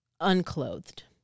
unclothed